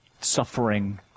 suffering